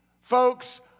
folks